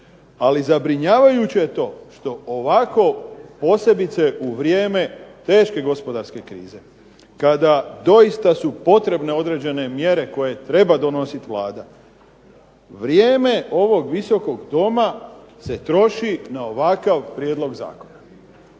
Ali zabrinjavajuće je to što ovako posebice u vrijeme teške gospodarske krize kada su doista potrebne određene mjere koje treba donositi Vlada, vrijeme ovog Visokog doma se troši na ovakav prijedlog zakona.